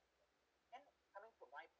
and coming for my